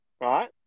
Right